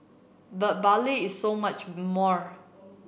but Bali is so much more